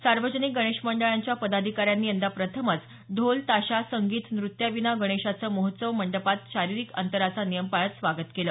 सार्वजनिक गणेश मंडळाच्या पदाधिकाऱ्यांनी यंदा प्रथमच ढोल ताशा संगीत नृत्याविना गणेशाचं महोत्सव मंडपात शारीरिक अंतराचा नियम पाळत स्वागत केलं